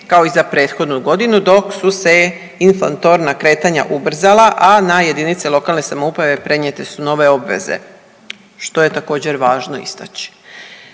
kao i za prethodnu godinu dok su se inflatorna kretanja ubrzala, a na jedinice lokalne samouprave prenijete su nove obveze. Što je također važno istači.